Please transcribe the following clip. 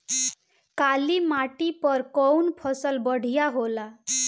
काली माटी पर कउन फसल बढ़िया होला?